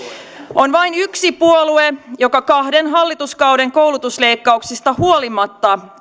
on vain yksi puolue joka kahden hallituskauden koulutusleikkauksista huolimatta